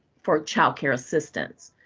for child care assistance.